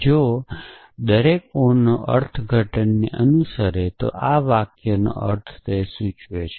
જો દરેક ઓ ના અર્થઘટનને અનુસરે છે તો આ વાક્યનો અર્થ સૂચવે છે